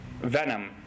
Venom